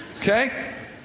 Okay